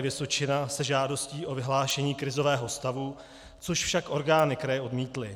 Vysočina se žádostí o vyhlášení krizového stavu, což však orgány kraje odmítly.